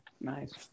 Nice